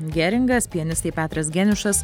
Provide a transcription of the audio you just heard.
geringas pianistai petras geniušas